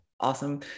awesome